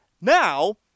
Now